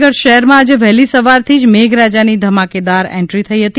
ભાવનગર શહેરમાં આજે વહેલી સવારથી જ મેધરાજાની ધમાકેદાર એન્ટી થઈ હતી